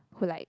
who like